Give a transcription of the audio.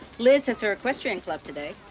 liz has her equestrian club today.